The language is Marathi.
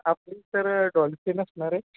आपली सर डॉलफीन असणार आहे